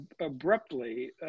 abruptly